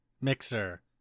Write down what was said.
Mixer